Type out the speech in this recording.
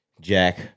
Jack